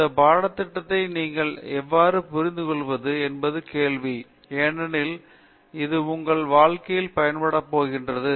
இந்த பாடத்திட்டத்தை நீங்கள் எவ்வாறு புரிந்துகொள்வது என்பது கேள்வி ஏனெனில் இது உங்கள் வாழ்க்கையில் பயன்படுட போகிறது